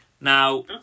Now